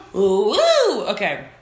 Okay